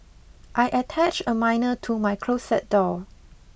I attached a minor to my closet door